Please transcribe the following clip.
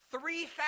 Three